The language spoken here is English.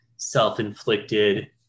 self-inflicted